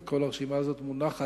וכל הרשימה הזאת מונחת,